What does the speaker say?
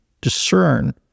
discern